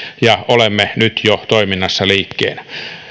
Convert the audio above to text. ja olemme nyt jo toiminnassa liikkeellä